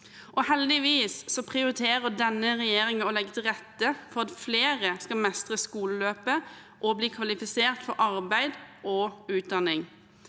Heldigvis prioriterer denne regjeringen å legge til rette for at flere skal mestre skoleløpet og bli kvalifisert for arbeid og utdanning.